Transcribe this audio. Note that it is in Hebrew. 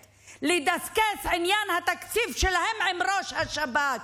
ולדסקס בעניין התקציב שלהם עם ראש השב"כ?